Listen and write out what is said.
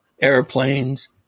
airplanes